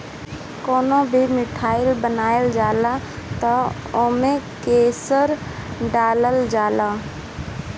कवनो भी मिठाई बनावल जाला तअ ओमे केसर डालल जाला